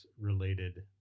related